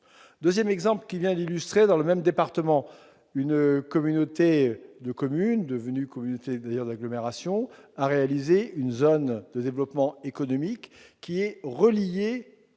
une aberration ! En second lieu, dans le même département, une communauté de communes, devenue communauté d'agglomération, a réalisé une zone de développement économique qui est reliée